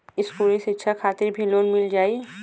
इस्कुली शिक्षा खातिर भी लोन मिल जाई?